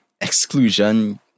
exclusion